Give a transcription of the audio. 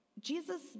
Jesus